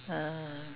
ah